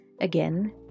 Again